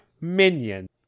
Minion